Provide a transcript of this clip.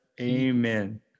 Amen